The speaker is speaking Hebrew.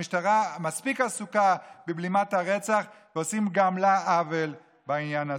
המשטרה מספיק עסוקה בבלימת הרצח ועושים גם לה עוול בעניין הזה.